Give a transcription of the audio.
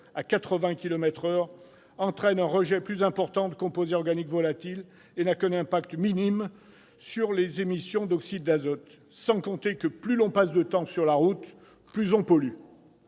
par heure entraîne un rejet plus important de composés organiques volatils et n'a qu'un impact minime sur les émissions d'oxyde d'azote. Sans compter que, plus l'on passe de temps sur la route, plus l'on pollue.